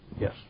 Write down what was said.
Yes